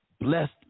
blessed